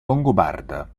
longobarda